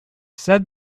said